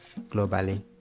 globally